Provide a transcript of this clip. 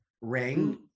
ring